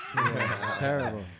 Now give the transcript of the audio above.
Terrible